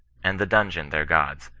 and the dun geon their gods,